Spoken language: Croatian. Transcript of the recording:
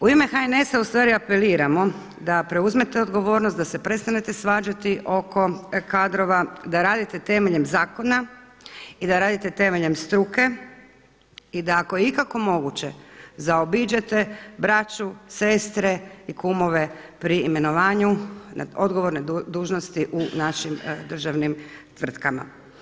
U ime HNS-a u stvari apeliramo da preuzmete odgovornost, da se prestanete svađati oko kadrova, da radite temeljem zakona i da radite temeljem struke i da ako je ikako moguće zaobiđete braću, sestre i kumove pri imenovanju na odgovorne dužnosti u našim državnim tvrtkama.